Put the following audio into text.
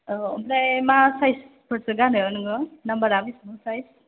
औ ओमफ्राय मा साइज फोरसो गानो नोङो नाम्बारा बेसेबां साइज